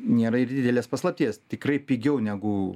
nėra ir didelės paslapties tikrai pigiau negu